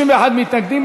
61 מתנגדים.